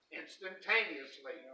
instantaneously